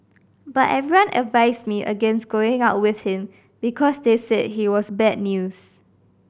but everyone advised me against going out with him because they said he was bad news